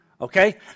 Okay